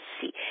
see